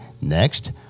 Next